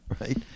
Right